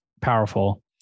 powerful